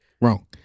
Wrong